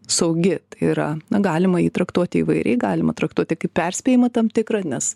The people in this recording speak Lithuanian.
saugi yra na galima jį traktuoti įvairiai galima traktuoti kaip perspėjimą tam tikrą nes